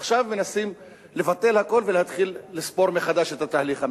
עכשיו מנסים לבטל הכול ולהתחיל לספור מחדש את התהליך המדיני.